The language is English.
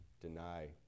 deny